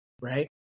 right